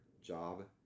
job